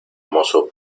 mozo